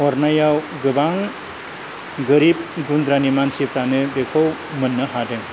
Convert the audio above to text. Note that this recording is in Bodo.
हरनायाव गोबां गोरिब गुन्द्रानि मानसिफ्रानो बेखौ मोननो हादों